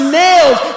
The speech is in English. nailed